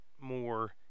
more